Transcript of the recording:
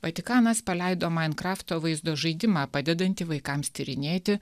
vatikanas paleido mainkrafto vaizdo žaidimą padedantį vaikams tyrinėti